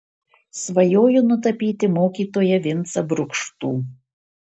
svajoju nutapyti mokytoją vincą brukštų